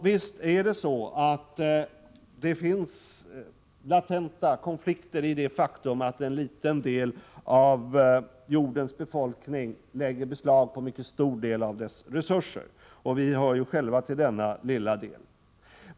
Visst ligger det en latent konflikt i det faktum att en liten del av jordens befolkning lägger beslag på en mycket stor del av resurserna, och vi hör själva till denna lilla del.